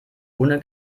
ohne